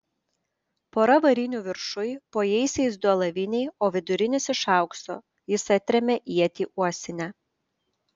pora varinių viršuj po jaisiais du alaviniai o vidurinis iš aukso jis atrėmė ietį uosinę